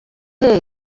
hehe